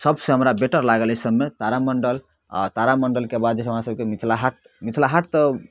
सबसँ हमरा बेटर लागल एहि सबमे तारामण्डल आओर तारामण्डलके बाद हमरा सबकेँ मिथिला हाट मिथिला हाट तऽ